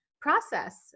process